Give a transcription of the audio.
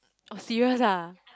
oh serious ah